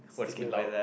what's be loud